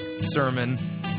sermon